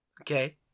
okay